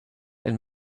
and